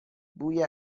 بوی